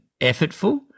effortful